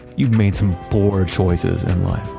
you've made some poor choices in life.